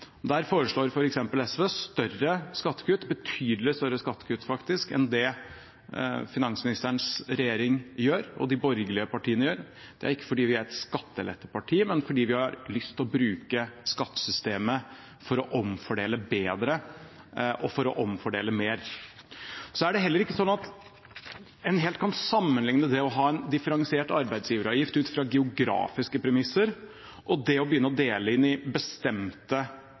Der foreslår SV betydelig større skattekutt enn det finansministerens regjering og de borgerlige partiene gjør. Det er ikke fordi vi er et skatteletteparti, men fordi vi har lyst til å bruke skattesystemet til å omfordele bedre og mer. Man kan heller ikke helt sammenligne det å ha en differensiert arbeidsgiveravgift ut ifra geografiske premisser med det å begynne å dele inn i bestemte